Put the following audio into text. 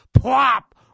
pop